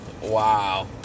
Wow